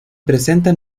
presenta